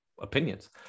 opinions